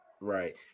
Right